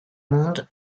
monde